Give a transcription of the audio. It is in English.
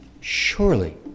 surely